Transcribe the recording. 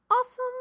awesome